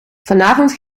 vanavond